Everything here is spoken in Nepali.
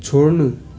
छोड्नु